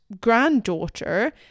granddaughter